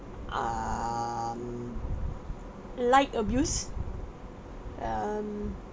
um light abuse um